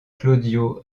claudio